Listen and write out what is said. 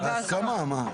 בהסכמה, מה?